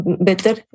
better